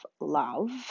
love